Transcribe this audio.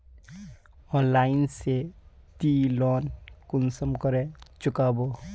Online से ती loan कुंसम करे चुकाबो?